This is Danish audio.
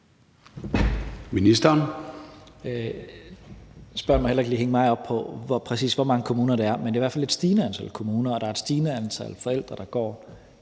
Ministeren.